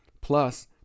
Plus